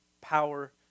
power